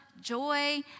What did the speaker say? joy